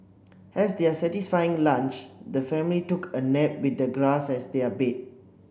as their satisfying lunch the family took a nap with the grass as their bed